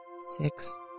six